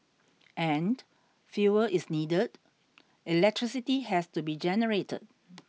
and fuel is needed electricity has to be generated